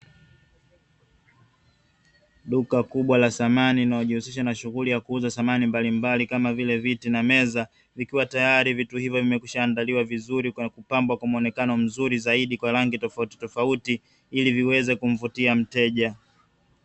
Duka kubwa la samani linalojihusisha na shughuli ya kuuza samani mbalimbali kama vile viti na meza, vikiwa tayari vitu hivyo vimekwisha andaliwa vizuri kwenye kupambwa kwa muonekano mzuri zaidi kwa rangi tofautitofauti ili viweze kumvutia mteja.